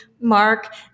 Mark